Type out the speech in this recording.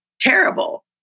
terrible